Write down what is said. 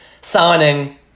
signing